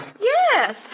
Yes